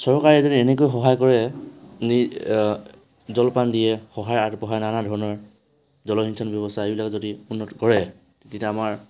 চৰকাৰে যদি এনেকৈ সহায় কৰে নি জলপান দিয়ে সহায়ৰ হাত আগঢ়ায় নানা ধৰণৰ জলসিঞ্চল ব্যৱস্থা এইবিলাক যদি উন্নত কৰে তেতিয়া আমাৰ